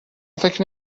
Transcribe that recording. فکر